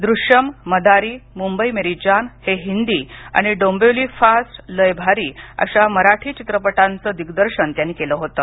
द्रश्यम मदारी मुंबई मेरी जान हे हिंदी आणि डोंबिवली फास्ट लय भारी अशा मराठी चित्रपटांचं दिग्दर्शन त्यांनी केलं होतं